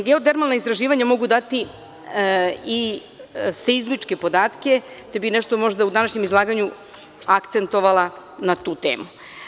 Geotermalna istraživanja mogu dati i seizmičke podatke te bih nešto danas u današnjem izlaganju akcentovala na tu temu.